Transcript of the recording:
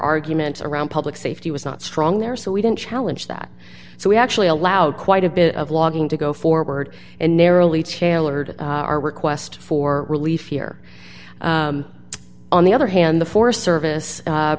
humans around public safety was not strong there so we didn't challenge that so we actually allowed quite a bit of logging to go forward and narrowly tailored our request for relief here on the other hand the forest service